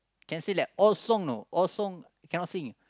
can say like all song know all song cannot sing